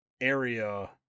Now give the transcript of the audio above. area